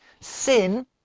Sin